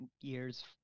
years